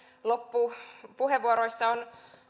loppupuheenvuoroissa on